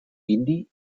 indi